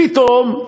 פתאום,